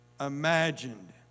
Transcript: imagined